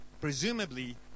presumably